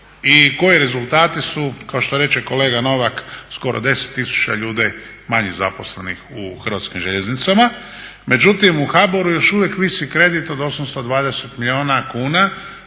i koji rezultati su kao što reče kolega Novak skoro 10000 ljudi manje zaposlenih u Hrvatskim željeznicama. Međutim, u HBOR-u još uvijek visi kredit od 820 milijuna kuna